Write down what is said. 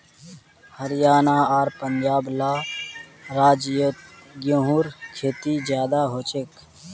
हरयाणा आर पंजाब ला राज्योत गेहूँर खेती ज्यादा होछे